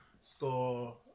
score